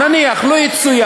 בית-משפט.